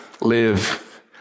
live